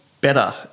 better